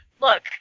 Look